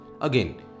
Again